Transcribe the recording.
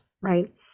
right